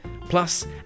plus